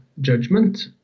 judgment